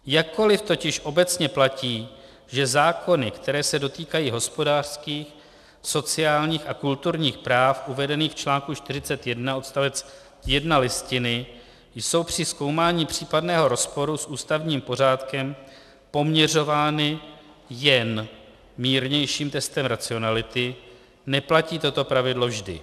Jakkoliv totiž obecně platí, že zákony, které se dotýkají hospodářských, sociálních a kulturních práv uvedených v čl. 41 odst. 1 Listiny, jsou při zkoumání případného rozporu s ústavním pořádkem poměřovány jen mírnějším testem racionality, neplatí toto pravidlo vždy.